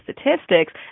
statistics